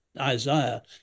Isaiah